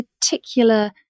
particular